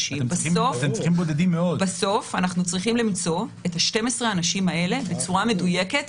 בסוף אנחנו צריכים למצוא את 12 האנשים האלה בצורה מדויקת,